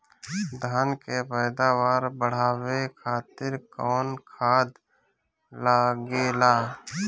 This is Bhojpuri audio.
धान के पैदावार बढ़ावे खातिर कौन खाद लागेला?